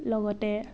লগতে